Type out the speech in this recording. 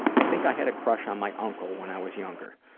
i think i had a crush on my uncle when i was younger.